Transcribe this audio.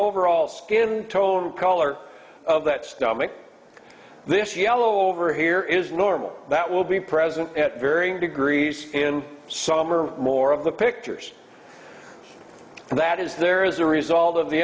overall skin tone color of that stomach this yellow over here is normal that will be present at varying degrees in some or more of the pictures and that is there is a result of the